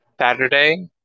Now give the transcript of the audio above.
Saturday